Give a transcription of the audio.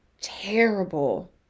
terrible